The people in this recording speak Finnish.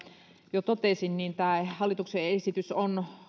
jo totesin tämä hallituksen esitys on